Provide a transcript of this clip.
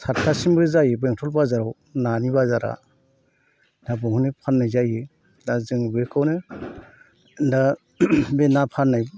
सादथासिमबो जायो बेंथल बाजाराव नानि बाजारा दा बेवहायनो फाननाय जायो दा जों बेखौनो दा बे ना फाननाय